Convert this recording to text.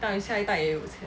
到下一代也有钱